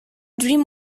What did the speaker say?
dream